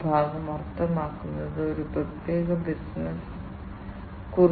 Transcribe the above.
കൂടാതെ അത് വളരെ കൃത്യവും ഓക്സിജന്റെ സാന്ദ്രതയിൽ എന്തെങ്കിലും മാറ്റങ്ങൾ കണ്ടെത്താനും കഴിയും